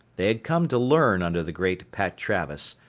they had come to learn under the great pat travis,